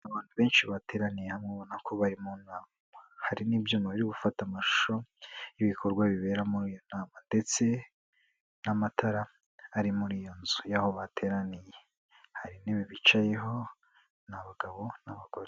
Abantu benshi bateraniye hamwe, ubona ko bari mu nama. Harimo ibyuma biri gufata amashusho y'ibikorwa bibera muri iyo nama ndetse n'amatara ari muri iyo nzu y'aho bateraniye. Hari intebe bicayeho, ni abagabo n'abagore.